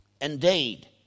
Indeed